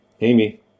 Amy